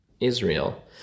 Israel